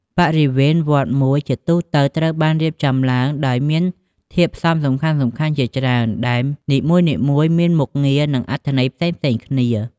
បរិវេណវត្តមួយជាទូទៅត្រូវបានរៀបចំឡើងដោយមានធាតុផ្សំសំខាន់ៗជាច្រើន ដែលនីមួយៗមានមុខងារ និងអត្ថន័យផ្សេងៗគ្នា។